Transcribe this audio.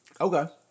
Okay